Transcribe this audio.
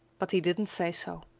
but he didn't say so.